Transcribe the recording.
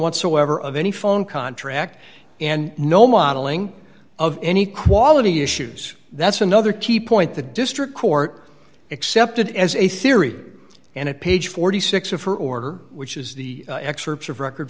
whatsoever of any phone contract and no modeling of any quality issues that's another key point the district court accepted as a theory and it page forty six dollars of her order which is the excerpts of record